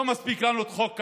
לא מספיק לנו חוק קמיניץ?